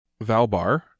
Valbar